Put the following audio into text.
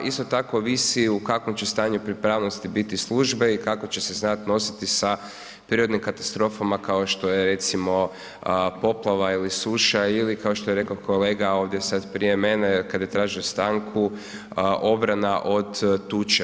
Isto tako ovisi u kakvom će stanju pripravnosti biti službe i kako će se znati nositi sa prirodnim katastrofama kao što je, recimo poplava ili suša ili, kao što je rekao kolega ovdje sad prije mene, kad je tražio stanku, obrana od tuče.